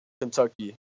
Kentucky